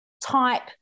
type